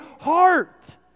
heart